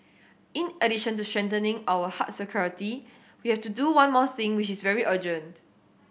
in addition to strengthening our hard security we have to do one more thing which is very urgent